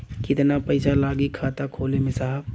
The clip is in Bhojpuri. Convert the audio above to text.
कितना पइसा लागि खाता खोले में साहब?